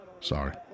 Sorry